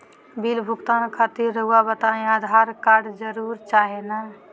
Bill भुगतान खातिर रहुआ बताइं आधार कार्ड जरूर चाहे ना?